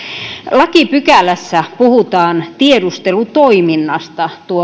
lakipykälässä puhutaan tiedustelutoiminnasta